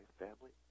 family